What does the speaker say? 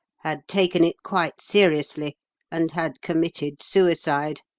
had taken it quite seriously and had committed suicide.